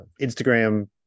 Instagram